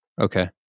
Okay